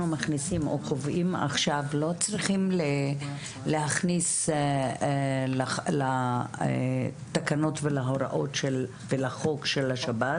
מכניסים או קובעים עכשיו לא צריכים להכניס לתקנות ולחוק של שב"ס?